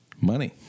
Money